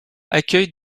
accueille